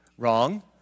Wrong